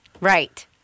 Right